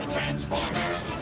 Transformers